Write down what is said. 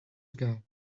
ago